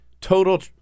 total